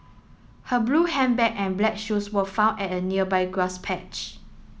her blue handbag and black shoes were found at a nearby grass patch